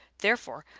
therefore,